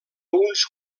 uns